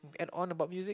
add on about music